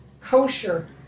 kosher